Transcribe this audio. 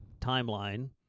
timeline